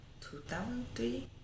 2003